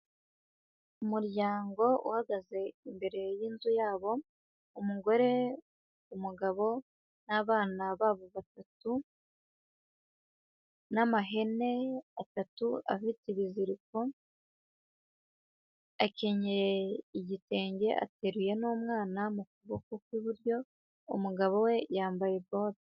Umuryango uhagaze imbere y'inzu yabo, umugore, umugabo, n'abana babo batatu, n'amahene atatu afite ibiziriko, akenyeye igitenge ateruye n'umwana mu kuboko kw'iburyo, umugabo we yambaye bote.